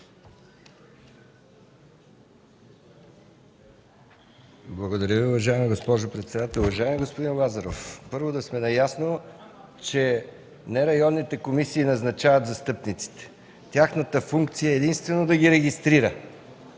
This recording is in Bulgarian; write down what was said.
Благодаря Ви, уважаема госпожо председател! Уважаеми господин Лазаров, първо да сме наясно, че не районните комисии назначават застъпниците. Тяхната функция е единствено да ги регистрира.